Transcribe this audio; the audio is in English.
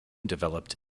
developed